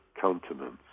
countenance